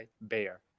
bear